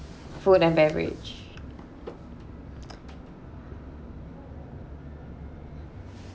food and beverage